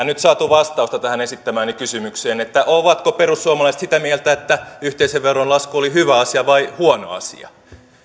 nyt saatu vastausta tähän esittämääni kysymykseen ovatko perussuomalaiset sitä mieltä että yhteisöveron lasku oli hyvä asia vai oliko se huono asia